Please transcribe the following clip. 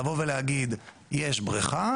לבוא ולהגיד יש בריכה,